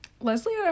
Leslie